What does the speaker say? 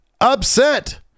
upset